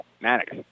Maddox